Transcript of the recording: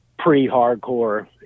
pre-hardcore